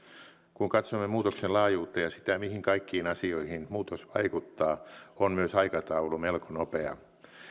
kun katsomme muutoksen laajuutta ja sitä mihin kaikkiin asioihin muutos vaikuttaa on myös aikataulu melko nopea